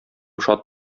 шат